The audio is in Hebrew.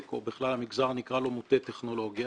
או בכלל במגזר שנקרא לו מוטה טכנולוגיה,